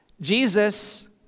Jesus